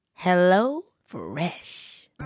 HelloFresh